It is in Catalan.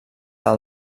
del